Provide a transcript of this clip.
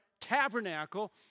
tabernacle